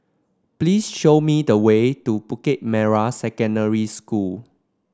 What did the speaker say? please show me the way to Bukit Merah Secondary School